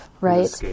right